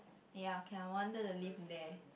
ya can I wanted to live there